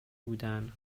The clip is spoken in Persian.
بودن